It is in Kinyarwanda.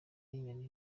y’inyoni